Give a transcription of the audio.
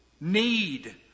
need